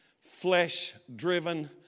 flesh-driven